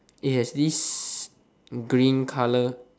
it has this green colour